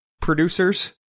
Producers